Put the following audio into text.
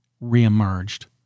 re-emerged